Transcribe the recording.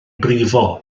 brifo